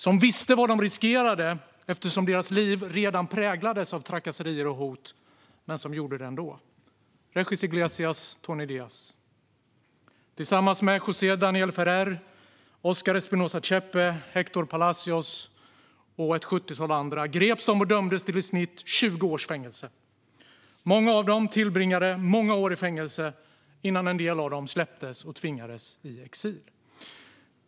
De visste vad de riskerade, eftersom deras liv redan präglades av trakasserier och hot. Men de gjorde det ändå. Det var Regis Iglesias och Tony Díaz. De greps tillsammans med José Daniel Ferrer, Óscar Espinosa Chepe, Héctor Palacios och ett sjuttiotal andra. De dömdes till i snitt 20 års fängelse. Många av dem tillbringade många år i fängelse innan en del av dem släpptes och tvingades i exil.